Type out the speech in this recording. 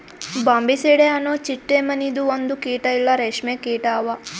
Bombycidae ಅನೊ ಚಿಟ್ಟೆ ಮನಿದು ಒಂದು ಕೀಟ ಇಲ್ಲಾ ರೇಷ್ಮೆ ಕೀಟ ಅವಾ